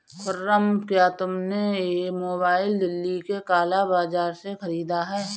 खुर्रम, क्या तुमने यह मोबाइल दिल्ली के काला बाजार से खरीदा है?